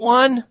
one